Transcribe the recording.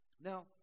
Now